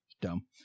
Dumb